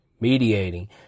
Mediating